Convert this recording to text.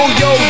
yo